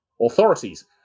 authorities